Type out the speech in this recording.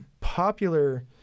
popular